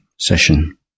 session